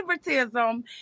favoritism